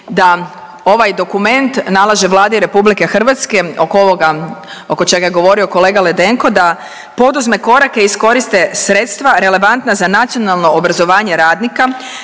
da ovaj dokument nalaže Vladi Republike Hrvatske oko ovoga oko čega je govorio kolega Ledenko da poduzme korake, iskoriste sredstva relevantna za nacionalno obrazovanje radnika,